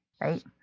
right